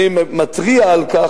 אני מתריע על כך,